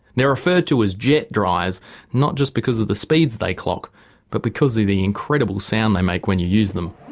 they are referred to as jet dryers not just because of the speeds they clock but because of the incredible sound they make when you use them.